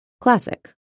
Classic